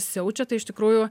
siaučia tai iš tikrųjų